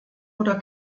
oder